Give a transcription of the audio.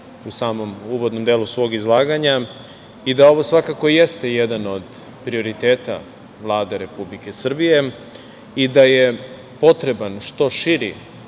u samom uvodnom delu svog izlaganja i da ovo svakako jeste jedan od prioriteta Vlade Republike Srbije i da je potreban što širi